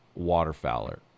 waterfowler